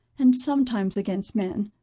and sometimes against men,